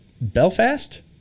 Belfast